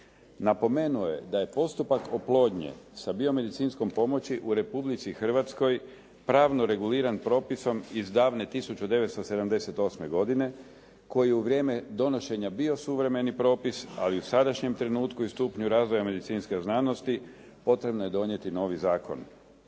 Napomenuo je da je postupak oplodnje sa biomedicinskom pomoći u Republici Hrvatskoj pravno reguliran propisom iz davne 1978. godine koji je u vrijeme donošenja bio suvremeni propis, ali u sadašnjem trenutku i stupnju razvoja medicinske znanosti, potrebno je donijeti novi zakon.